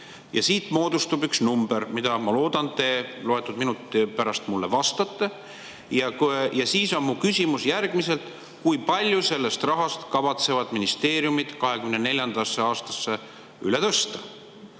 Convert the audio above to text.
Siit moodustub üks number, mille te, ma loodan, loetud minutite pärast mulle ütlete. Ja [edasi] on mu küsimus järgmine: kui palju sellest rahast kavatsevad ministeeriumid 2024. aastasse üle tõsta?